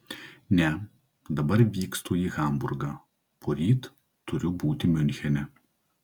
ne dabar vykstu į hamburgą poryt turiu būti miunchene